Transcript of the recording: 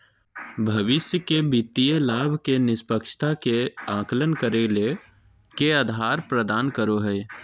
भविष्य के वित्तीय लाभ के निष्पक्षता के आकलन करे ले के आधार प्रदान करो हइ?